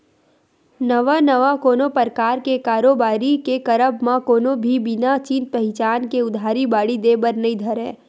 नवा नवा कोनो परकार के कारोबारी के करब म कोनो भी बिना चिन पहिचान के उधारी बाड़ही देय बर नइ धरय